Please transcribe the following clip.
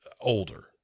older